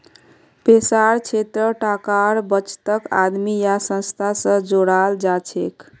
पैसार क्षेत्रत टाकार बचतक आदमी या संस्था स जोड़ाल जाछेक